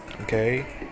okay